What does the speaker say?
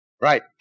Right